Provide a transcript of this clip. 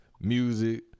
music